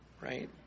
right